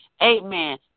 amen